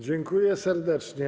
Dziękuję serdecznie.